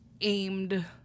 aimed